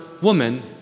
Woman